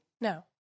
No